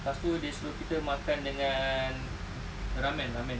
lepas tu dia suruh kita makan dengan ramen ramen